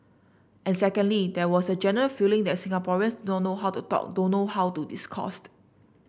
and secondly there was a general feeling that Singaporeans do not know how to talk don't know how to discoursed